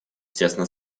тесно